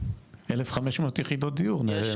1,500 יחידות דיור נעלמו.